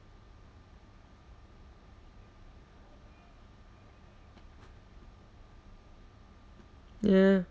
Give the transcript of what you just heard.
ya